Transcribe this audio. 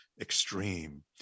extreme